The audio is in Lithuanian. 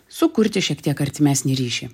sukurti šiek tiek artimesnį ryšį